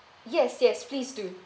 yes yes please do